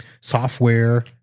software